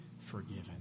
forgiven